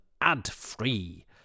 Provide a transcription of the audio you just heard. ad-free